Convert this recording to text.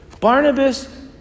Barnabas